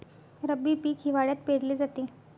रब्बी पीक हिवाळ्यात पेरले जाते